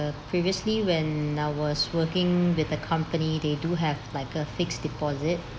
previously when I was working with a company they do have like a fixed deposit